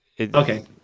Okay